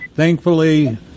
Thankfully